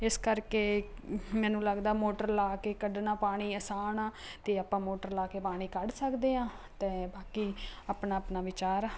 ਇਸ ਕਰਕੇ ਮੈਨੂੰ ਲੱਗਦਾ ਮੋਟਰ ਲਾ ਕੇ ਕੱਢਣਾ ਪਾਣੀ ਆਸਾਨ ਆ ਅਤੇ ਆਪਾਂ ਮੋਟਰ ਲਾ ਕੇ ਪਾਣੀ ਕੱਢ ਸਕਦੇ ਹਾਂ ਅਤੇ ਬਾਕੀ ਆਪਣਾ ਆਪਣਾ ਵਿਚਾਰ ਆ